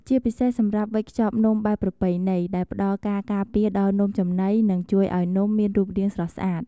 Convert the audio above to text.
ជាពិសេសសម្រាប់វេចខ្ចប់នំបែបប្រពៃណី ដែលផ្តល់ការការពារដល់នំចំណី និងជួយឱ្យនំមានរូបរាងស្រស់ស្អាត។